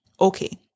Okay